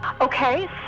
Okay